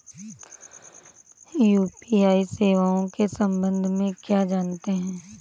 UPI सेवाओं के संबंध में क्या जानते हैं?